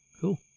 cool